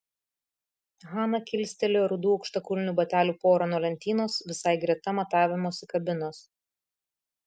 hana kilstelėjo rudų aukštakulnių batelių porą nuo lentynos visai greta matavimosi kabinos